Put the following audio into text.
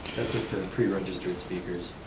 the the preregistered speakers.